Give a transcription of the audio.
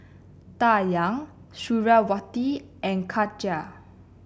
Dayang Suriawati and Khadija